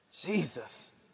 Jesus